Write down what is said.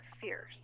fierce